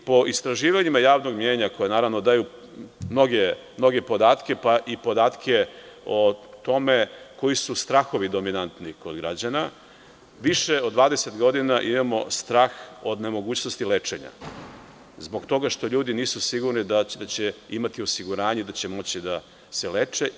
Po istraživanjima javnog mnjenja, koji daju mnoge podatke, pa i podatke o tome koji su strahovi dominantni kod građana, više od 20 godina imamo strah od nemogućnosti lečenja zbog toga što ljudi nisu sigurni da će imati osiguranje da će moći da se leče.